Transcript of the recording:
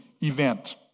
event